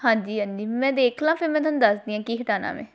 ਹਾਂਜੀ ਹਾਂਜੀ ਮੈਂ ਦੇਖ ਲਾਂ ਫਿਰ ਮੈਂ ਤੁਹਾਨੂੰ ਦੱਸਦੀ ਹਾਂ ਕੀ ਹਟਾਉਨਾ ਮੈਂ